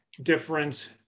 different